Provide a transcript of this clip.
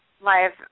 Live